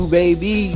baby